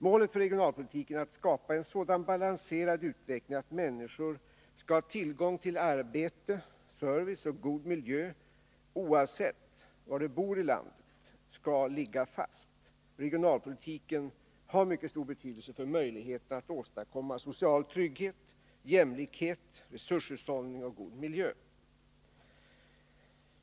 Målet för regionalpolitiken, att skapa en sådan balanserad utveckling att människor skall ha tillgång till arbete, service och god miljö oavsett var de bor i landet, skall ligga fast. Regionalpolitiken har mycket stor betydelse för möjligheterna att åstadkomma social trygghet, jämlikhet, resurshushållning och en god miljö.